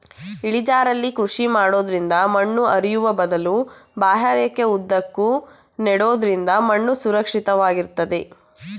ಇಳಿಜಾರಲ್ಲಿ ಕೃಷಿ ಮಾಡೋದ್ರಿಂದ ಮಣ್ಣು ಹರಿಯುವ ಬದಲು ಬಾಹ್ಯರೇಖೆ ಉದ್ದಕ್ಕೂ ನೆಡೋದ್ರಿಂದ ಮಣ್ಣು ಸುರಕ್ಷಿತ ವಾಗಿರ್ತದೆ